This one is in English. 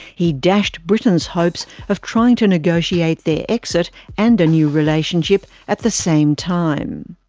he dashed britain's hopes of trying to negotiate their exit and a new relationship at the same time.